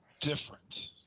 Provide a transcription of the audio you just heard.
different